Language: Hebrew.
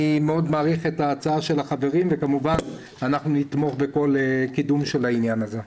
אני מאוד מעריך את הצעת החברים וכמובן נתמוך בקידום העניין הזה.